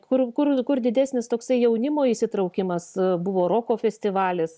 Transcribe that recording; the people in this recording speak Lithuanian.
kur kur kur didesnis toksai jaunimo įsitraukimas buvo roko festivalis